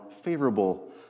favorable